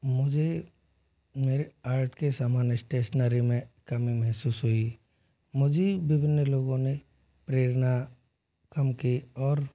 मुझे मेरे आर्ट के सामान स्टेशनरी में कमी महसूस हुई मुझे ही विभिन्न लोगों ने प्रेरणा उनकी और